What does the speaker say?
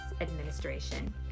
administration